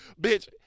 Bitch